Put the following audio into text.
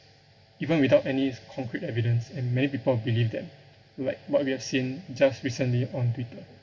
even without any concrete evidence and many people will believe that like what we have seen just recently on twitter